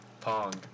Pong